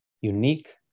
unique